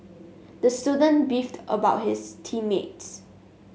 the student beefed about his team mates